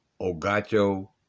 ogacho